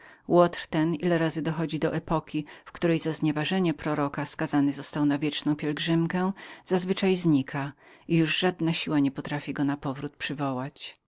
łotr ten zwykle ile razy dochodzi do epoki w której za znieważenie proroka skazanym został na wieczną pielgrzymkę znika i już żadna siła nie potrafi go napowrót przywołać